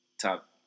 top